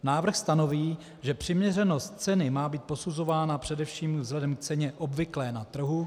Návrh stanoví, že přiměřenost ceny má být posuzována především vzhledem k ceně obvyklé na trhu.